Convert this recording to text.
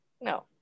No